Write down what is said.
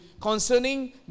concerning